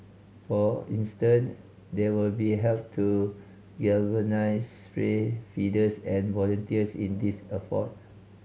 for instant they will be help to galvanise stray feeders and volunteers in these effort